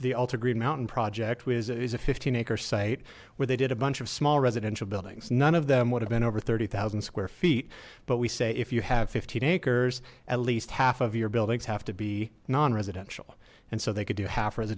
the ultra green mountain project was a fifteen acre site where they did a bunch of small residential buildings none of them would have been over thirty zero square feet but we say if you have fifteen acres at least half of your buildings have to be non residential and so they could do half